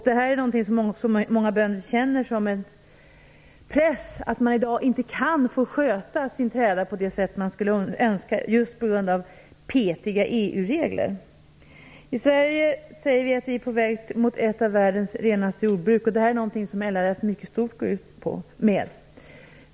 Det är någonting som många bönder känner som en press att man i dag inte kan få sköta sin träda på det sätt man skulle önska just på grund av petiga EU-regler. I Sverige säger vi att vi är på väg mot ett av världens renaste jordbruk. Det är någonting som LRF går ut med mycket starkt.